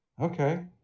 okay